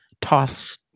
toss